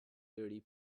thirty